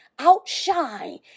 outshine